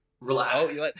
relax